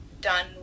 done